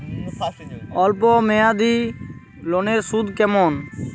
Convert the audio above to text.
অল্প মেয়াদি লোনের সুদ কেমন?